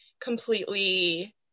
completely